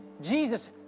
Jesus